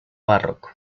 barroco